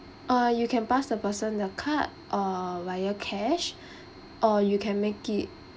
uh you can pass the person the card uh via cash or you can make it